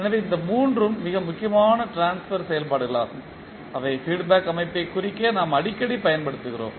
எனவே இந்த மூன்றும் மிக முக்கியமான ட்ரான்ஸ்பர் செயல்பாடுகளாகும் அவை ஃபீட் பேக் அமைப்பைக் குறிக்க நாம் அடிக்கடி பயன்படுத்துகிறோம்